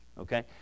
okay